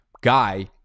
guy